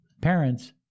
parents